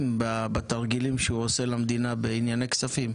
בתרגילים שהוא עושה למדינה בענייני כספים?